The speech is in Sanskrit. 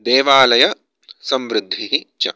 देवालयसंवृद्धिः च